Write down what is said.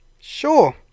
Sure